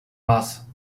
massa